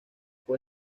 fue